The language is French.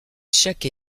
chaque